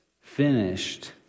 finished